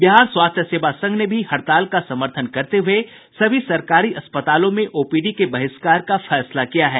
बिहार स्वास्थ्य सेवा संघ ने भी हड़ताल का समर्थन करते हुये सभी सरकारी अस्पतालों में ओपीडी के बहिष्कार का फैसला किया है